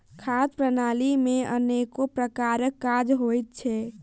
खाद्य प्रणाली मे अनेको प्रकारक काज होइत छै